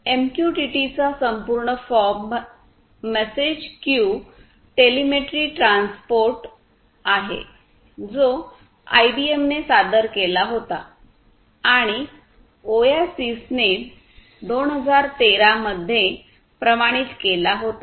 MQTT चा संपूर्ण form message queue telemetry transport आहे जो आयबीएमने सादर केला होता आणि ओयासिसने 2013 मध्ये प्रमाणित केला होता